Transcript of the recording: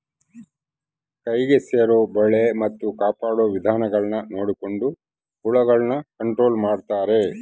ಕೈಗೆ ಸೇರೊ ಬೆಳೆ ಮತ್ತೆ ಕಾಪಾಡೊ ವಿಧಾನಗುಳ್ನ ನೊಡಕೊಂಡು ಹುಳಗುಳ್ನ ಕಂಟ್ರೊಲು ಮಾಡ್ತಾರಾ